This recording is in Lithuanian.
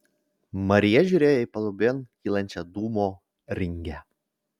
marija žiūrėjo į palubėn kylančią dūmo ringę